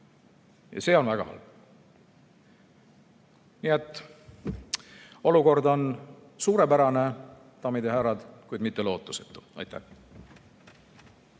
Ja see on väga halb. Nii et olukord on suurepärane, daamid ja härrad, kuid mitte lootusetu. Aitäh!